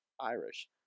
Irish